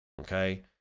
okay